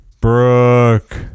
Brooke